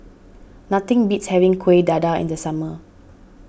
nothing beats having Kuih Dadar in the summer